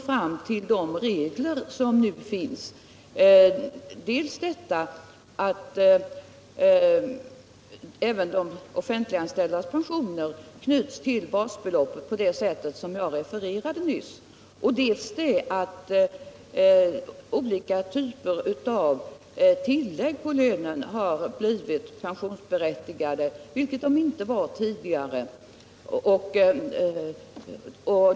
Jag vill då bara påpeka dels att detta var innan även de offentliganställdas pensioner var knutna till basbeloppet på det sätt som jag nyss refererade, dels att olika typer av tillägg till lönen har blivit pensionsberättigande, vilket de inte var tidigare.